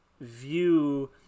view